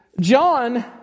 John